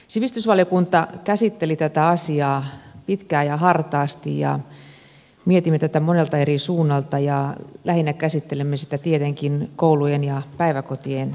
sivistysvaliokunta käsitteli tätä asiaa pitkään ja hartaasti ja mietimme tätä monelta eri suunnalta ja lähinnä käsittelemme sitä tietenkin koulujen ja päiväkotien kannalta